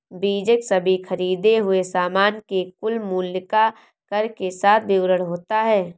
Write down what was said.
बीजक सभी खरीदें हुए सामान के कुल मूल्य का कर के साथ विवरण होता है